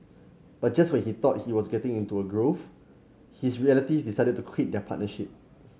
but just when he thought he was getting into a groove his relative decided to quit their partnership